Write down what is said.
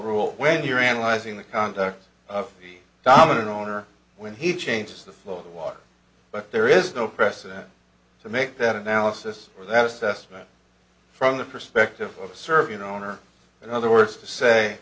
rule when you're analyzing the conduct of the dominant owner when he changes the flow of the water but there is no precedent to make that analysis or that assessment from the perspective of a serbian owner in other words to say